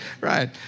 Right